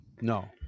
No